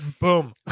boom